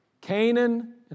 Canaan